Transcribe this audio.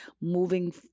moving